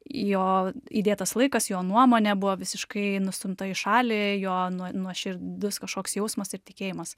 jo įdėtas laikas jo nuomonė buvo visiškai nustumta į šalį jo nuo nuoširdus kažkoks jausmas ir tikėjimas